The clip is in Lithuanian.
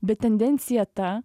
bet tendencija ta